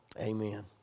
Amen